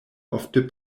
ofte